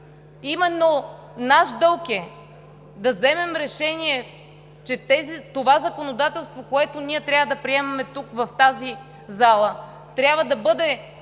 Именно наш дълг е да вземем решение, че това законодателство, което ние трябва да приемем тук, в тази зала, трябва да бъде